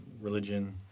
religion